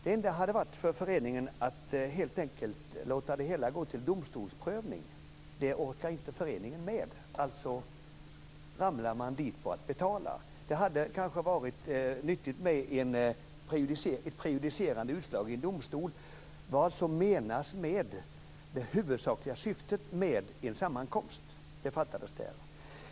Det enda som föreningen hade kunnat göra var helt enkelt att låta det hela gå till domstolsprövning, men det orkade inte föreningen med - alltså åkte man på att betala. Det hade kanske varit nyttigt med ett prejudicerande utslag i en domstol som hade fastställt vad som menas med det huvudsakliga syftet med en sammankomst.